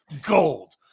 gold